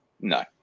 no